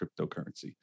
cryptocurrency